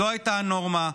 זו הייתה הנורמה,